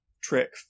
trick